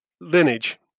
lineage